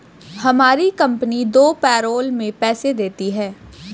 हमारी कंपनी दो पैरोल में पैसे देती है